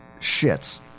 shits